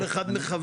כל אחד מכוון.